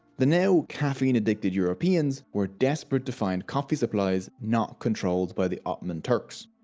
the now caffeine addicted europeans were desperate to find coffee supplies not controlled by the ottoman turks.